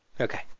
Okay